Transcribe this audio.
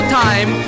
time